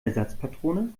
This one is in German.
ersatzpatrone